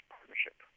Partnership